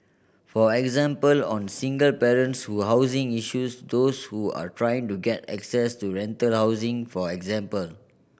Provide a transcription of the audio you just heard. for example on single parents will housing issues those who are trying to get access to rental housing for example